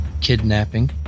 kidnapping